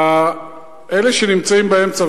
אלה שנמצאים באמצע,